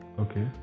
Okay